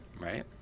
Right